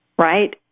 right